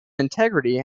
integrity